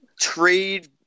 trade